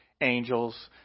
angels